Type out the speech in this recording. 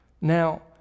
Now